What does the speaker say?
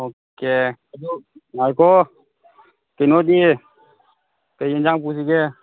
okay ꯑꯗꯨ ꯉꯥꯏꯈꯣ ꯀꯩꯅꯣꯗꯤ ꯀꯔꯤ ꯑꯦꯟꯁꯥꯡ ꯄꯨꯁꯤꯒꯦ